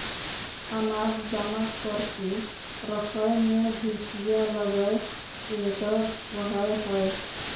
अनाज जमा करके रखय मे भी कीड़ा लगय के डर रहय हय